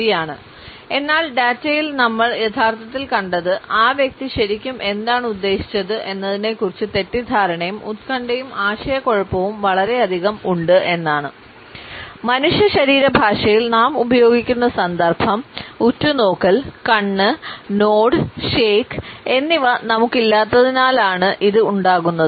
ശരിയാണ് എന്നാൽ ഡാറ്റയിൽ നമ്മൾ യഥാർത്ഥത്തിൽ കണ്ടത് ആ വ്യക്തി ശരിക്കും എന്താണ് ഉദ്ദേശിച്ചത് എന്നതിനെക്കുറിച്ച് തെറ്റിദ്ധാരണയും ഉത്കണ്ഠയും ആശയക്കുഴപ്പവും വളരെയധികം ഉണ്ട് മനുഷ്യ ശരീരഭാഷയിൽ നാം ഉപയോഗിക്കുന്ന സന്ദർഭം ഉറ്റുനോക്കൽ കണ്ണ് നോഡ് ഷേക്ക് എന്നിവ നമുക്കില്ലാത്തതിനാലാണ് ഇത് ഉണ്ടാകുന്നത്